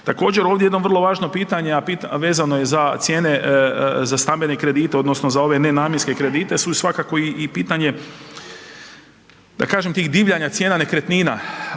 Također ovdje jedno vrlo važno pitanje, a vezano je za cijene za stambene kredite odnosno za ove nenamjenske kredite su svakako i pitanje da kažem tih divljanja cijena nekretnina